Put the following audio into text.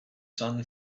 sun